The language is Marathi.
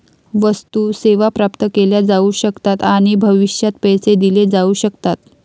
वस्तू, सेवा प्राप्त केल्या जाऊ शकतात आणि भविष्यात पैसे दिले जाऊ शकतात